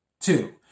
Two